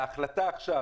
בהחלטה עכשיו,